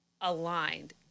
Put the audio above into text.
aligned